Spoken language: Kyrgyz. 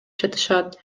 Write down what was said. жатышат